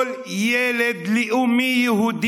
כל ילד יהודי לאומי